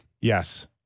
Yes